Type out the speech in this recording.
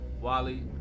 Wally